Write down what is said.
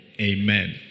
Amen